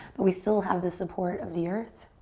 but we still have the support of the earth.